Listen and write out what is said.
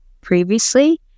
previously